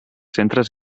centres